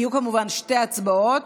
יהיו כמובן שתי הצבעות.